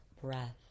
breath